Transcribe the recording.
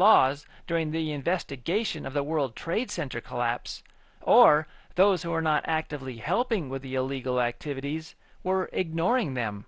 laws during the investigation of the world trade center collapse or those who are not actively helping with the illegal activities we're ignoring them